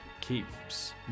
keeps